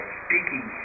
speaking